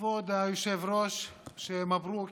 כבוד היושב-ראש, שיהיה מברוכ,